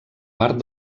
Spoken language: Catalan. part